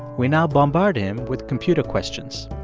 we now bombard him with computer questions.